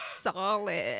Solid